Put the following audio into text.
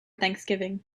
thanksgiving